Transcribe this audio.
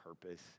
purpose